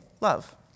love